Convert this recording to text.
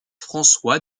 françois